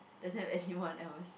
doesn't have anyone else